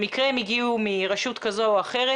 במקרה הם הגיעו מרשות כזו או אחרת.